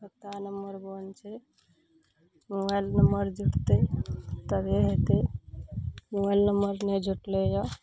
खाता नम्बर बन्द छै मोबाइल नम्बर जुटतै तभिहे हेतै मोबाइल नम्बर नहि जुटलैया